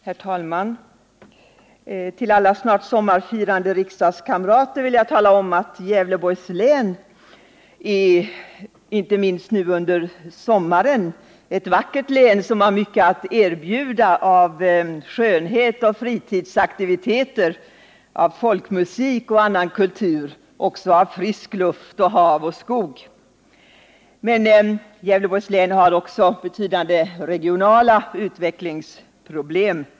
Herr talman! För alla snart sommarfirande riksdagskamrater vill jag tala om att Gävleborgs län inte minst nu under sommaren är ett vackert län, som har mycket att erbjuda av skönhet och fritidsaktiviteter, av folkmusik och annan kultur — och även av frisk luft, hav och skog. Men Gävleborgs län har också betydande regionala utvecklingsproblem.